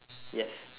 yes